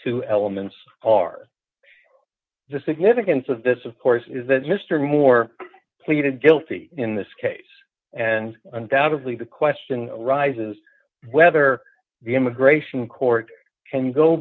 two elements are the significance of this of course is that mr moore pleaded guilty in this case and undoubtedly the question arises whether the immigration court can go